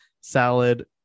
salad